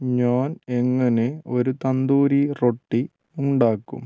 ഞാൻ എങ്ങനെ ഒരു തന്തൂരി റൊട്ടി ഉണ്ടാക്കും